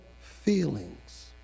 feelings